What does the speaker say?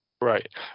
Right